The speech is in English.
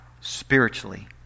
spiritually